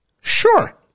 Sure